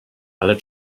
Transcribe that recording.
ale